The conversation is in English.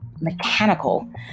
mechanical